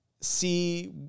see